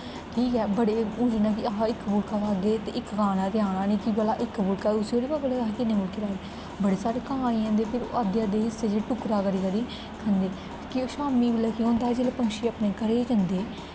ठीक ऐ बड़े हून जियां कि अस इक फुल्का पाह्गे ते इक कां ने ते आना निं कि भला इक फुलका उसी थोह्ड़ा पता अस किन्ने फुल्के लेआ दे बड़े सारे कां आई जंदे फिर अद्धे अद्धे हिस्से च टुकड़ा करी करी खंदे कि ओह् शामीं बेल्लै केह् होंदा जेल्लै पंक्षी अपने घरै गी जंदे